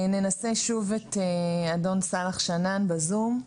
ננסה שוב את אדון סלאח שנאן בזום.